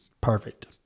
Perfect